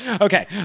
Okay